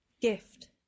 Gift